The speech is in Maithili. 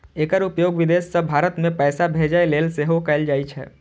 एकर उपयोग विदेश सं भारत मे पैसा भेजै लेल सेहो कैल जाइ छै